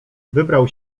wybrał